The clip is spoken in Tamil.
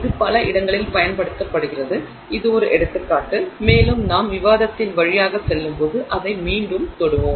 இது பல இடங்களில் பயன்படுத்தப்படுகிறது இது ஒரு எடுத்துக்காட்டு மேலும் நாங்கள் விவாதத்தின் வழியாக செல்லும்போது அதை மீண்டும் தொடுவேன்